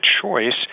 choice